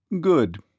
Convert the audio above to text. Good